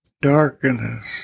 Darkness